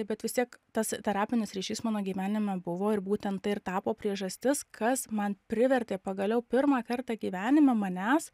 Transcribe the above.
bet vis tiek tas terapinis ryšys mano gyvenime buvo ir būtent tai ir tapo priežastis kas man privertė pagaliau pirmą kartą gyvenime manęs